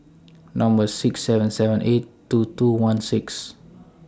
Number six seven seven eight two two one six